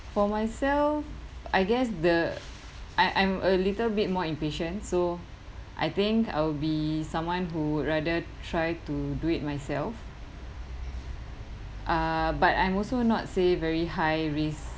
for myself I guess the I I'm a little bit more impatient so I think I'll be someone who would rather try to do it myself uh but I'm also not say very high risk